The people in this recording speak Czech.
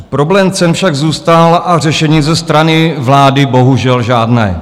Problém cen však zůstal a řešení ze strany vlády bohužel žádné.